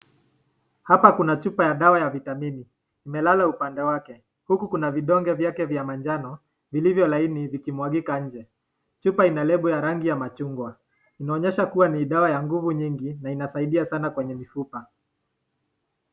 Hapa kuna chupa ya dawa ya vitamin imelala upande wake huku kuna vidonge vyake vya manjano viliyo laini vikimwagika nje, chupa ina lebo ya rangi ya machungwa inaonyesha kuwa ni dawa ya nguvu nyingi na inasaidia sana kwenye mifupa.